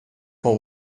for